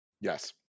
Yes